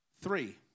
Three